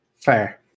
Fair